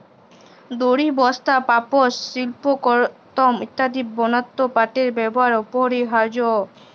দড়ি, বস্তা, পাপস, সিল্পকরমঅ ইত্যাদি বনাত্যে পাটের ব্যেবহার অপরিহারয অ